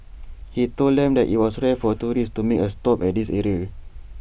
he told them that IT was rare for tourists to make A stop at this area